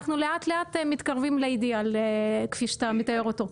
אנחנו לאט לאט מתקרבים לאידיאל כפי שאתה מתאר אותו.